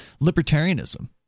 libertarianism